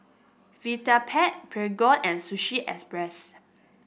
Vitapet Prego and Sushi Express